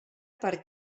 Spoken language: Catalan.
per